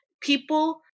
People